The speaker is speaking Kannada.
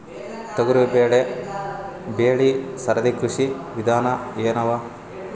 ತೊಗರಿಬೇಳೆ ಬೆಳಿ ಸರದಿ ಕೃಷಿ ವಿಧಾನ ಎನವ?